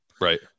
Right